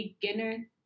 beginner